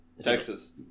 Texas